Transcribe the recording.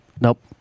nope